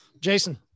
Jason